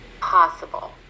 possible